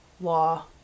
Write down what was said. law